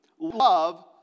Love